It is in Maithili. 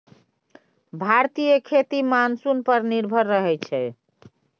भारतीय खेती मानसून पर निर्भर रहइ छै